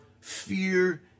fear